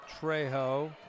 Trejo